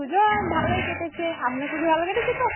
পুজো ভালোই কেটেছে আপনার পুজো ভালো কেটেছে তো